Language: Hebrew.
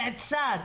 נעצרה